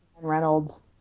Reynolds